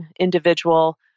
individual